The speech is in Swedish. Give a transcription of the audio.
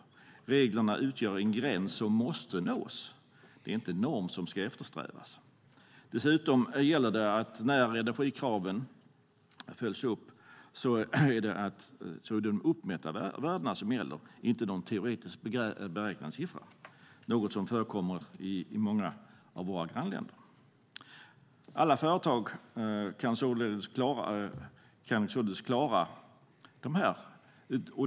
Reglerna utgör en gräns som måste nås, inte en norm som ska eftersträvas. När energikraven följs upp är det fråga om de uppmätta värdena, inte en teoretiskt beräknad siffra. Det är något som förekommer i många av våra grannländer. Alla företag kan således klara målen.